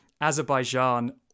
Azerbaijan